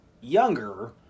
younger